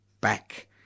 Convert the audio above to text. back